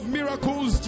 miracles